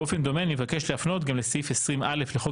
באופן דומה אני מבקש להפנות גם לסעיף 20א לחוק